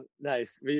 Nice